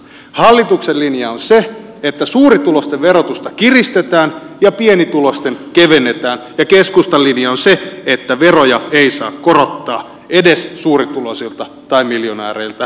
hallituksen linja on se että suurituloisten verotusta kiristetään ja pienituloisten kevennetään ja keskustan linja on se että veroja ei saa korottaa edes suurituloisilta tai miljonääreiltä